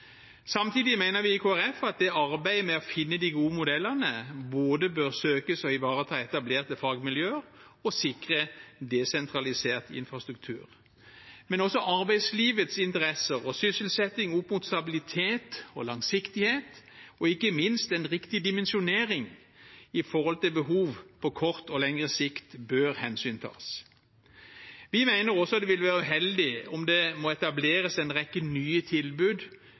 Samtidig mener vi i Kristelig Folkeparti at det i arbeidet med å finne de gode modellene bør søkes både å ivareta etablerte fagmiljøer og å sikre desentralisert infrastruktur. Men også arbeidslivets interesser og sysselsetting satt opp mot stabilitet og langsiktighet og ikke minst en riktig dimensjonering i forhold til behov på kortere og lengre sikt bør hensyntas. Vi mener også det vil være uheldig om det må etableres en rekke nye tilbud